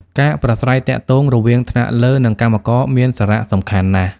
ការប្រាស្រ័យទាក់ទងរវាងថ្នាក់លើ និងកម្មករមានសារៈសំខាន់ណាស់។